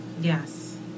Yes